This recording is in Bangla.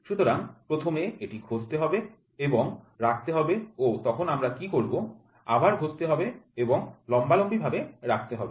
সুতরাং প্রথমে এটি ঘষতে হবে এবং রাখতে হবে ও তখন আমরা কি করব আবার ঘষতে হবে এবং লম্বালম্বিভাবে রাখতে হবে